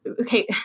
okay